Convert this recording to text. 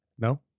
No